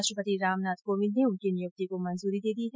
राष्ट्रपति रामनाथ कोविंद ने उनकी नियुक्ति को मंजूरी दे दी हैं